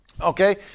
Okay